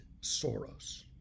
Soros